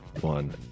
one